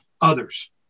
others